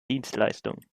dienstleistungen